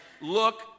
look